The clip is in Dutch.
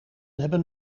hebben